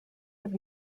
have